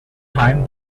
time